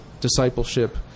discipleship